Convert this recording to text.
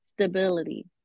stability